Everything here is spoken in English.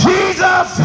Jesus